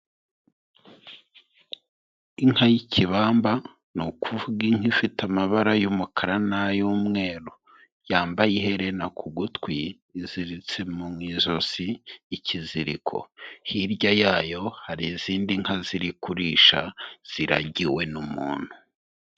Inka y'ikibamba ni ukuvuga inka ifite amabara y'umukara n'ayumweru yambaye iherena ku gutwi iziritse mu ijosi ikiziriko, hirya yayo hari izindi nka ziri kurisha ziragiwe n'umuntu.